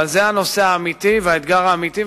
אבל זה הנושא האמיתי והאתגר האמיתי,